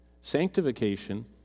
Sanctification